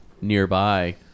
nearby